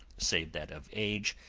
save that of age,